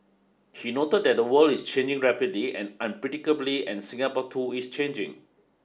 he noted that the world is changing rapidly and unpredictably and Singapore too is changing